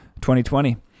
2020